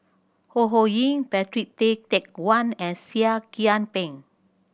Ho Ho Ying Patrick Tay Teck Guan and Seah Kian Peng